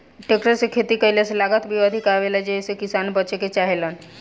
tractor से खेती कईला से लागत भी अधिक आवेला जेइसे किसान बचे के चाहेलन